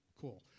cool